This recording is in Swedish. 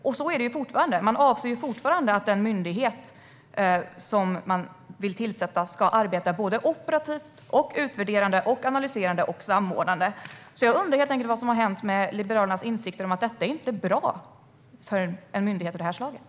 Avsikten är fortfarande att den myndighet man inrättar ska arbeta operativt samtidigt som man arbetar utvärderande, analyserande och samordnande. Jag undrar helt enkelt vad som har hänt med Liberalernas insikt om att detta inte är bra för en myndighet av det här slaget.